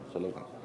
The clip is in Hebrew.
13 דקות.